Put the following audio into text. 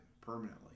permanently